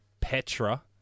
Petra